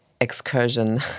excursion